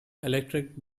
electric